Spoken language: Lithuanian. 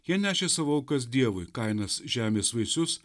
jie nešė savo aukas dievui kainas žemės vaisius